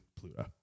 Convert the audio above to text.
Pluto